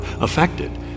affected